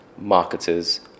marketers